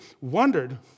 wondered